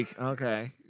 okay